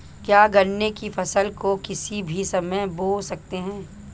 क्या गन्ने की फसल को किसी भी समय बो सकते हैं?